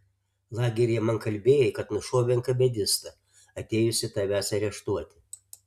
lageryje man kalbėjai kad nušovei enkavedistą atėjusį tavęs areštuoti